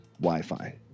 wi-fi